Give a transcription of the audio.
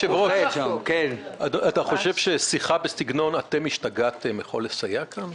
אתה חושב ששיחה בסגנון "אתם השתגעתם" יכולה לסייע כאן?